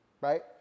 Right